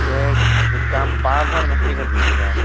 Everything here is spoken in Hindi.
तो एक एक काम पाव भर मछली कर दीजियेगा आप